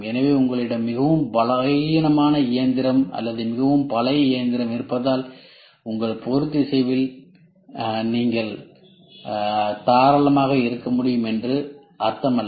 எனவே உங்களிடம் மிகவும் பலவீனமான இயந்திரம் அல்லது மிகவும் பழைய இயந்திரம் இருப்பதால் உங்கள் பொறுத்திசைவில் நீங்கள் தாராளமாக இருக்க முடியும் என்று அர்த்தமல்ல